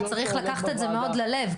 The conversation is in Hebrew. צריך לקחת את זה מאוד ללב,